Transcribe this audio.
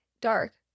dark